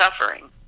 suffering